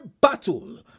battle